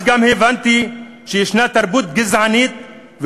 אז גם הבנתי שיש תרבות גזענית,